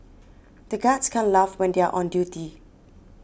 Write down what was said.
the guards can't laugh when they are on duty